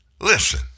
Listen